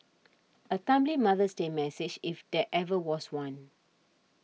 a timely Mother's Day message if there ever was one